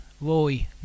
Roy